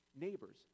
neighbors